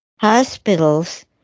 hospitals